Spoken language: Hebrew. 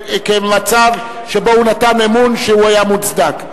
כמצב שבו הוא נתן אמון שהיה מוצדק.